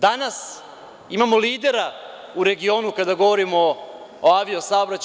Danas imamo lidera u regionu kada govorimo o avio saobraćaju.